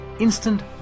instant